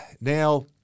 Now